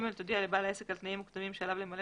תודיע לבעל העסק על תנאים מוקדמים שעליו למלא